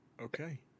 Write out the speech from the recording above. Okay